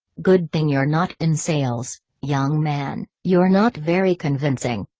good thing you're not in sales, young man, you're not very convincing.